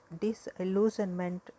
disillusionment